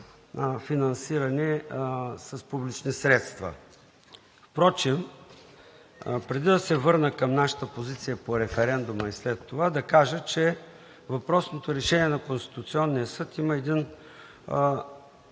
финансирани с публични средства. Впрочем, преди да се върна към нашата позиция по референдума и след това, да кажа, че въпросното решение на Конституционния съд има един